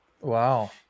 Wow